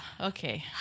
Okay